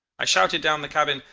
i shouted down the cabin,